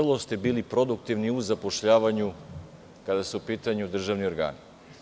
Bili ste vrlo produktivni u zapošljavanju, kada su u pitanju državni organi.